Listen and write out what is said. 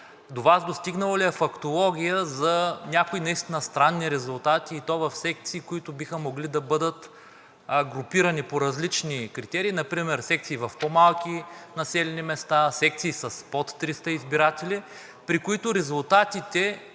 до Вас достигнала ли е фактология за някои наистина странни резултати, и то в секции, които биха могли да бъдат групирани по различни критерии, например секции в по-малки населени места, секции с под 300 избиратели, при които резултатите